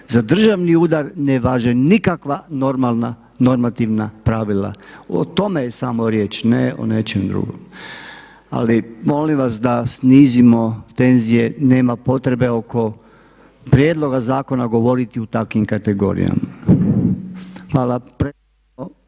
Za državni udar ne važe nikakva normalna normativna pravila. O tome je samo riječ, ne o nečemu drugom. Ali, molim vas da snizimo tenzije. Nema potrebe oko prijedloga zakona govoriti u takvim kategorijama. Hvala.